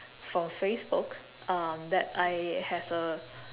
from facebook um that I have a